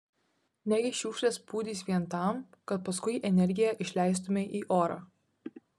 negi šiukšles pūdys vien tam kad paskui energiją išleistumei į orą